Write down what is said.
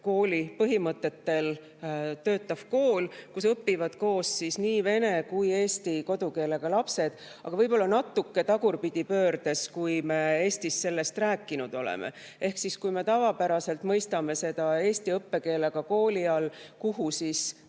kooli põhimõtetel töötav kool, kus õpivad koos nii vene kui eesti kodukeelega lapsed, aga võib-olla natuke tagurpidi pöördes, kui me Eestis sellest rääkinud oleme. Kui me tavapäraselt mõtleme eesti õppekeelega kooli all kooli,